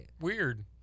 weird